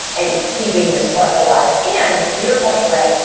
and keeping the spark alive? and to your point, brett,